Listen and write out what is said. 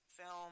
film